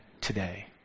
today